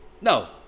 No